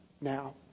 now